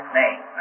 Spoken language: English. name